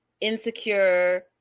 insecure